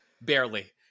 barely